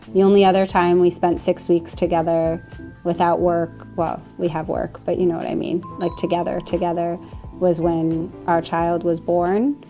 the only other time we spent six weeks together without work. well, we have work. but you know what i mean? like together together was when our child was born.